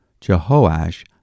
Jehoash